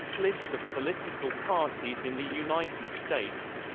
list of political parties in the united states